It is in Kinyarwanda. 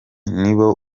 nibo